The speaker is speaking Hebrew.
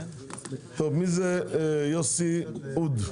טוב, מי זה יוסי אוד?